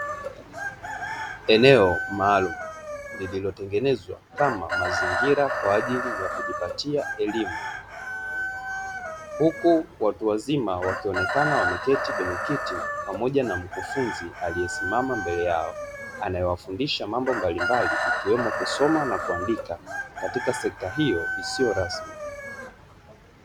Eneo maalumu lililotengenezwa kama mazingira kwa ajili ya kujipatia elimu, huku watu wazima wakionekana wameketi kwenye kiti pamoja na mkufunzi aliyesimama mbele yao, anayewafundisha mambo mbalimbali ikiwemo kusoma na kuandika katika sekta hio isiyo rasmi.